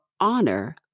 Honor